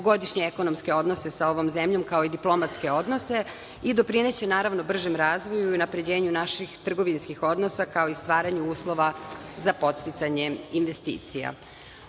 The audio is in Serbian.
dugogodišnje ekonomske odnose sa ovom zemljom, kao i diplomatske odnose i doprineće, naravno, bržem razvoju i unapređenju naših trgovinskih odnosa, kao i stvaranju uslova za podsticanje investicija.